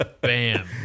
bam